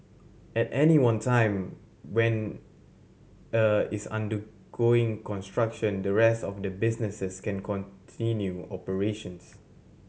at any one time when a is undergoing construction the rest of the businesses can continue operations